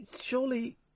surely